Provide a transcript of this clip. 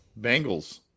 Bengals